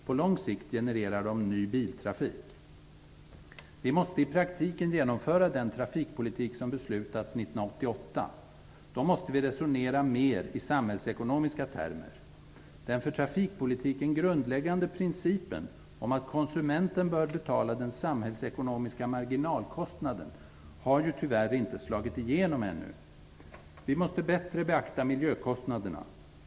På lång sikt genererar de ny biltrafik. Vi måste i praktiken genomföra den trafikpolitik som beslutats 1988. Då måste vi resonera mer i samhällsekonomiska termer. Den för trafikpolitiken grundläggande principen om att konsumenten bör betala den samhällsekonomiska marginalkostnaden har tyvärr inte slagit igenom ännu. Vi måste bättre beakta miljökostnaderna.